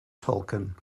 tolkien